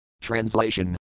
Translation